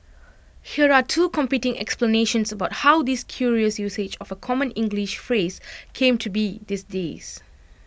here are two competing explanations about how this curious usage of A common English phrase came to be these days